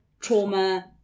trauma